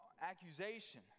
accusation